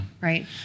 Right